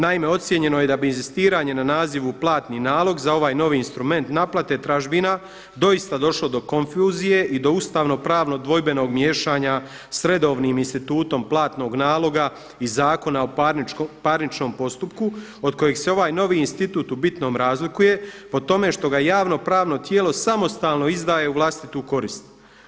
Naime, ocijenjeno je da bi inzistiranje na nazivu platni nalog za ovaj novi instrument naplate tražbina doista došlo do konfuzije i do ustavno-pravno dvojbenog miješanja s redovnim institutom platnog naloga i Zakona o parničnom postupku od kojih se ovaj novi institut u bitnom razlikuje po tome što ga javno-pravno tijelo samostalno izdaje u vlastitu korist.